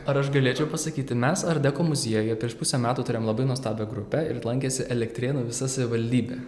ar aš galėčiau pasakyti mes ardeko muziejuje prieš pusę metų turėjom labai nuostabią grupę ir lankėsi elektrėnų visa savivaldybė